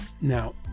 now